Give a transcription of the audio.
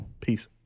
Peace